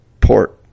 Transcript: port